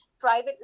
private